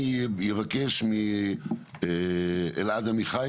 חשוב לי לקבל את הזווית על ההתנהלות של השנים האחרונות,